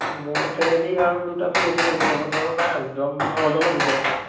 মোৰ ফেমিলি আৰু দুটা ফেমিলি যাব লগত আৰু দহজনৰ ভিতৰত আৰু